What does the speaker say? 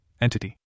entity